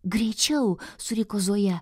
greičiau suriko zoja